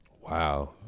Wow